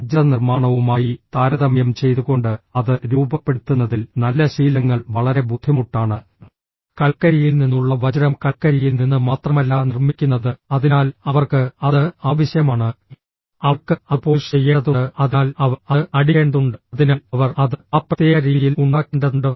വജ്ര നിർമ്മാണവുമായി താരതമ്യം ചെയ്തുകൊണ്ട് അത് രൂപപ്പെടുത്തുന്നതിൽ നല്ല ശീലങ്ങൾ വളരെ ബുദ്ധിമുട്ടാണ് കൽക്കരിയിൽ നിന്നുള്ള വജ്രം കൽക്കരിയിൽ നിന്ന് മാത്രമല്ല നിർമ്മിക്കുന്നത് അതിനാൽ അവർക്ക് അത് ആവശ്യമാണ് അവർക്ക് അത് പോളിഷ് ചെയ്യേണ്ടതുണ്ട് അതിനാൽ അവർ അത് അടിക്കേണ്ടതുണ്ട് അതിനാൽ അവർ അത് ആ പ്രത്യേക രീതിയിൽ ഉണ്ടാക്കേണ്ടതുണ്ട്